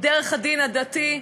דרך הדין הדתי,